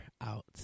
out